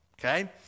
okay